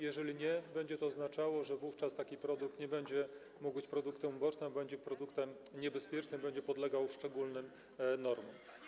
Jeżeli nie wyda, będzie to oznaczało, że wówczas taki produkt nie będzie mógł być produktem ubocznym, a będzie produktem niebezpiecznym, będzie podlegał szczególnym normom.